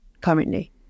currently